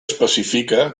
especifica